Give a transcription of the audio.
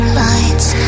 lights